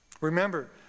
Remember